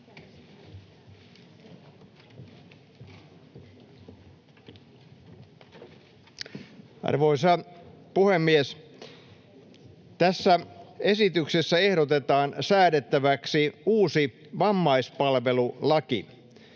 Arvoisa puhemies! Tässä esityksessä ehdotetaan säädettäväksi uusi vammaispalvelulaki.